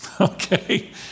Okay